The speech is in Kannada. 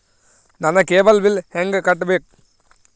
ನನ್ನ ಕೇಬಲ್ ಬಿಲ್ ಹೆಂಗ ಕಟ್ಟಬೇಕು?